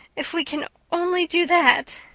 if we. can. only. do that.